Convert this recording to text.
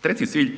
Treći cilj